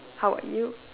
how about you